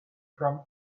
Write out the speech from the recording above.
from